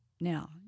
Now